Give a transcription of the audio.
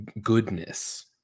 goodness